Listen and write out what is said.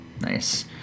nice